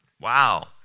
Wow